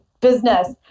business